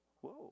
Whoa